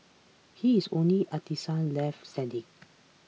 he is the only artisan left standing